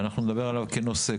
נדבר עליו כנושא.